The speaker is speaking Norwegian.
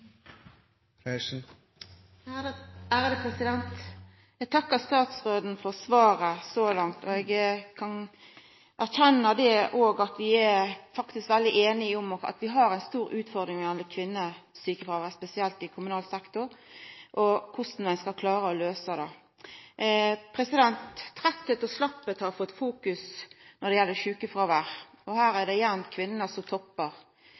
veldig einige om at vi har ei stor utfordring når det gjeld kvinner og sjukefråvær, spesielt i kommunal sektor, og korleis ein skal klara å løysa det. Trøyttleik og slappheit har kome i fokus når det gjeld sjukefråvær, og her er det igjen kvinner som toppar.